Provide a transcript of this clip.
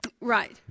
right